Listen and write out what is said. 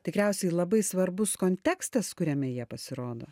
tikriausiai labai svarbus kontekstas kuriame jie pasirodo